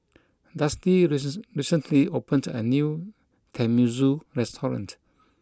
Dusty resist recently opened a new Tenmusu restaurant